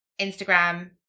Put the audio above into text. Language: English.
Instagram